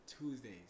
Tuesdays